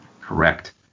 Correct